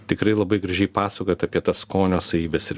tikrai labai gražiai pasakojot apie tas skonio savybes ir